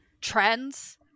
trends